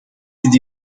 did